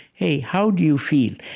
hey, how do you feel?